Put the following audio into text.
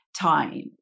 time